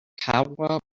cowra